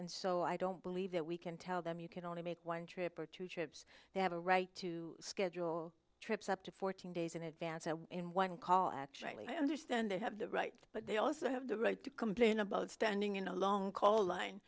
and so i don't believe that we can tell them you can only make one trip or two trips they have a right to schedule trips up to fourteen days in advance and in one call actually i understand they have the right but they also have the right to complain about standing in a long call line